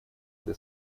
для